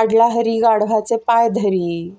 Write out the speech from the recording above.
अडला हरी गाढवाचे पाय धरी